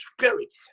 spirit